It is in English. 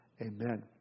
Amen